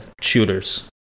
shooters